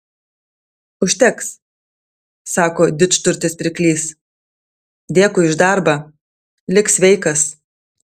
užteks sako didžturtis pirklys dėkui už darbą lik sveikas